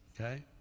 okay